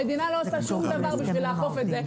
המדינה לא עושה דבר כדי לאכוף את זה.